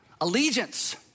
allegiance